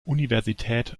universität